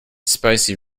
spicy